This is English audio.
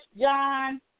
John